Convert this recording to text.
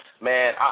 man